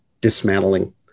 dismantling